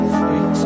free